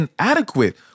inadequate